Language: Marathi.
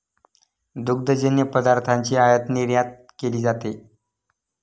दुग्धजन्य पदार्थांची आयातनिर्यातही केली जाते